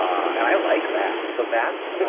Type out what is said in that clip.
i like that. so that's,